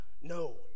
No